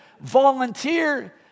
volunteer